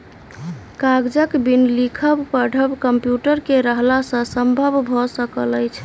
कागजक बिन लिखब पढ़ब कम्प्यूटर के रहला सॅ संभव भ सकल अछि